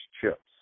chips